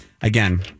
again